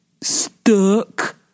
stuck